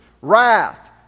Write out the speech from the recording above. wrath